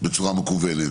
בצורה מקוונת.